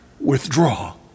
Withdraw